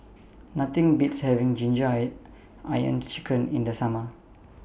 Nothing Beats having Ginger Onions Chicken in The Summer